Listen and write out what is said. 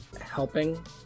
helping